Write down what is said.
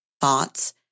thoughts